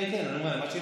אתם רוצים